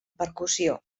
percussió